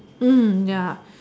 mm ya